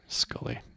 scully